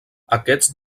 aquests